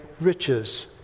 riches